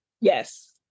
Yes